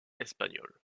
espagnols